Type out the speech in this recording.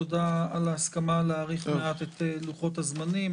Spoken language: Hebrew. תודה על ההסכמה להאריך מעט את לוחות הזמנים,